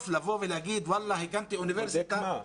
בודק מה?